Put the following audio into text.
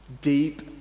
Deep